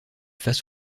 face